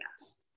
Yes